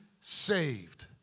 saved